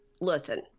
listen